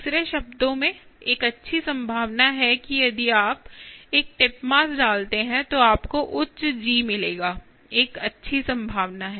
दूसरे शब्दों में एक अच्छी संभावना है कि यदि आप एक टिप मास डालते हैं तो आपको उच्च G मिलेगा एक अच्छी संभावना है